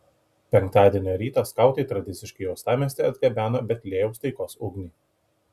penktadienio rytą skautai tradiciškai į uostamiestį atgabeno betliejaus taikos ugnį